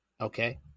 Okay